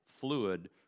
fluid